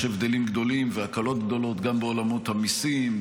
יש הבדלים גדולים והקלות גדולות גם בעולמות המיסים,